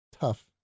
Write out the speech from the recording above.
tough